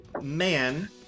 man